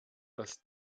dass